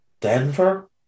Denver